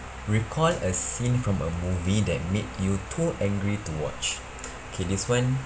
recall a scene from a movie that made you too angry to watch okay this one